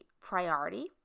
priority